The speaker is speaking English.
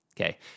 Okay